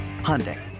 Hyundai